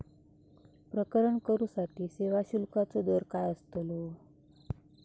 प्रकरण करूसाठी सेवा शुल्काचो दर काय अस्तलो?